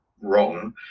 wrong